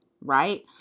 right